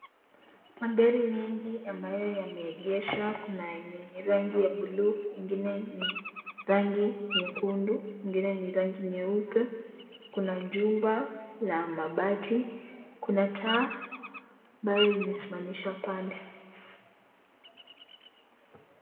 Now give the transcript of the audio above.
Magari mengi ambayo yameegeshwa, kuna yenye ni rangi ya (cs] blue , ingine ni rangi nyekundu, ingine ni rangi nyeupe, kuna jumba la mabati, kuna taa ambayo imesimamishwa pale.